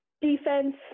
Defense